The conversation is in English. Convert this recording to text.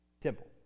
Temple